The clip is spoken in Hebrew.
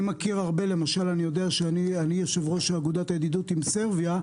למשל, אני יושב-ראש אגודת הידידות עם סרביה,